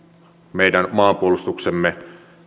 meidän maanpuolustuksemme